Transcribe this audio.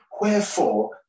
Wherefore